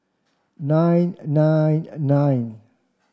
nine and nine and nine